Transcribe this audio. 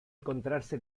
encontrarse